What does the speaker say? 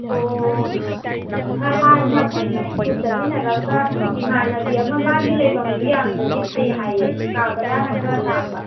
ꯑꯣ ꯍꯥꯟꯅ ꯑꯩꯈꯣꯏꯒ ꯁ꯭ꯀꯨꯜ ꯆꯠꯃꯤꯟꯅꯔꯝꯕ ꯏꯃꯥꯟꯅꯕꯤ ꯑꯃ ꯃꯥꯒꯤ ꯂꯩꯐꯝꯗꯣ ꯌꯥꯝꯅꯗꯤ ꯐꯩ ꯍꯥꯏꯌꯦ ꯀꯥ ꯕꯔꯥꯅ ꯈꯔ ꯇꯥꯡꯕ